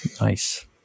Nice